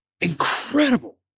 incredible